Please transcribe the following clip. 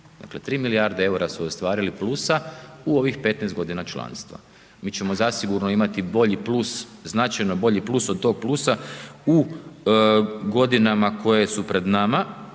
Dakle 3 milijarde eura su ostvarili plusa u ovih 15 g. članstva. Mi ćemo zasigurno imati bolji plus, značajno bolji plus od tog plusa u godinama koje su pred nama